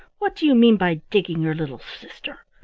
what do you mean by digging your little sister?